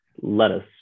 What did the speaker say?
lettuce